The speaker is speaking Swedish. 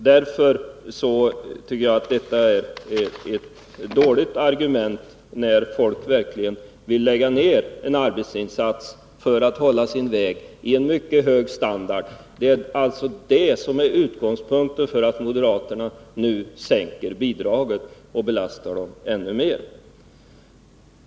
Därför tycker jag att detta är ett dåligt argument, när folk verkligen vill lägga ned en arbetsinsats för att hålla sin väg på en mycket hög standard. Det är det som är utgångspunkten för att moderaterna nu vill sänka bidraget och belasta delägarna ännu mer.